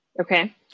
Okay